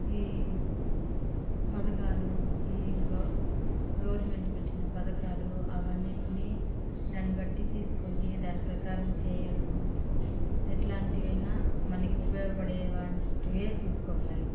ఈ పథకాలు ఈ గవ్ గవర్నమెంట్ పెట్టిన పథకాలు అన్నిటిని దాన్ని బట్టి తీసుకొని దాని ప్రకారం చేయడము ఎట్లాంటివైనా మనకి ఉపయోగపడే వాటివే తీసుకోవాలి